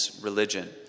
religion